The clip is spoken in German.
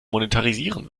monetarisieren